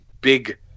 big